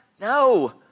No